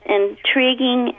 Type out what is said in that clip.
intriguing